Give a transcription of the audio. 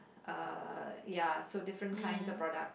uh ya so different kinds of product